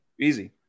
easy